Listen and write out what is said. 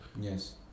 yes